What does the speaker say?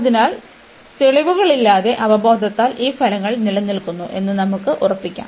അതിനാൽ തെളിവുകളില്ലാതെ അവബോധത്താൽ ഈ ഫലങ്ങൾ നിലനിൽക്കുന്നു എന്ന് നമുക്ക് ഉറപ്പികാം